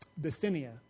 Bithynia